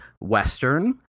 Western